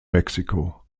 mexico